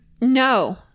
No